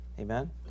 amen